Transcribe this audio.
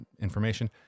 information